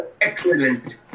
excellent